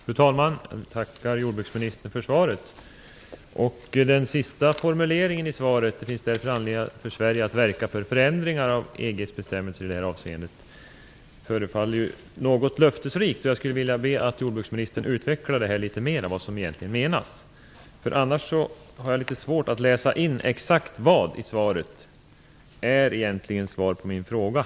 Fru talman! Jag tackar jordbruksministern för svaret. Den sista meningen var: "Det finns därför anledning för Sverige att verka för förändringar av EG:s bestämmelser i detta avseende." Det förefaller något löftesrikt. Jag skulle vilja be jordbruksministern utveckla det litet mer. Vad menas egentligen? Annars undrar jag vad i svaret som egentligen är svar på min fråga.